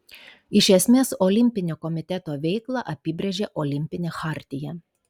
iš esmės olimpinio komiteto veiklą apibrėžia olimpinė chartija